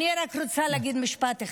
אני רק רוצה להגיד משפט אחד.